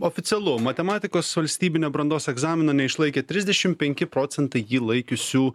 oficialu matematikos valstybinio brandos egzamino neišlaikė trisdešim penki procentai jį laikiusių